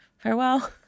Farewell